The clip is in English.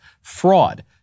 Fraud